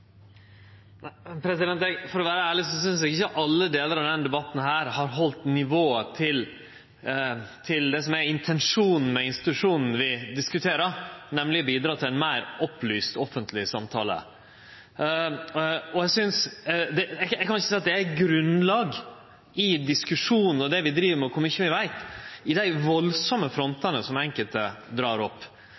delar av denne debatten har halde nivået for det som er intensjonen med institusjonen vi diskuterer, nemleg å bidra til ein meir opplyst samtale. Eg kan ikkje seie at det er grunnlag – i diskusjonen, det vi driv med og kor mykje vi veit – i dei veldige frontane som enkelte drar opp.